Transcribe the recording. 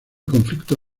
conflicto